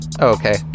okay